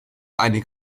einige